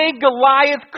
Goliath